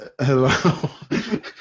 Hello